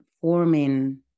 forming